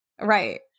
right